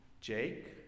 Jake